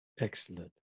Excellent